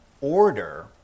order